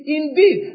indeed